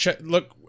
Look